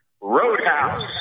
Roadhouse